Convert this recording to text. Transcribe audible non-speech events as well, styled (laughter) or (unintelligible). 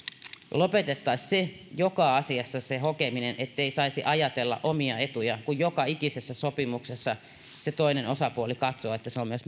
lopetettaisiin joka asiassa se hokeminen ettei saisi ajatella omia etujaan kun joka ikisessä sopimuksessa se toinen osapuoli katsoo että se on myös (unintelligible)